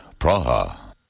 Praha